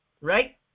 right